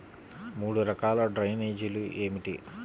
మూడు రకాల డ్రైనేజీలు ఏమిటి?